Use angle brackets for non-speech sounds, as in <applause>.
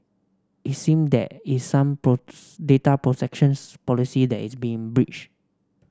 it seem that is some <unintelligible> data protections policy that is being breached